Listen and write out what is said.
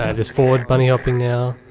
ah there's foward bunnyhopping now.